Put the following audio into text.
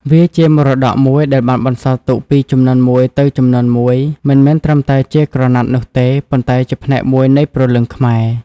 វាជាមរតកមួយដែលបានបន្សល់ទុកពីជំនាន់មួយទៅជំនាន់មួយ មិនមែនត្រឹមតែជាក្រណាត់នោះទេ ប៉ុន្តែជាផ្នែកមួយនៃព្រលឹងខ្មែរ។